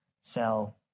sell